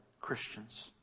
Christians